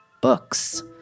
books